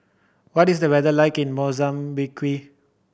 what is the weather like in Mozambique